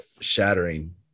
shattering